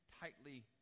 tightly